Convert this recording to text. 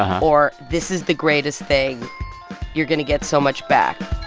or, this is the greatest thing you're going to get so much back